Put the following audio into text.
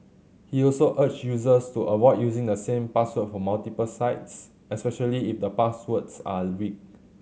he also urged users to avoid using the same password for multiple sites especially if the passwords are weak